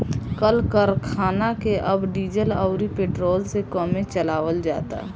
कल करखना के अब डीजल अउरी पेट्रोल से कमे चलावल जाता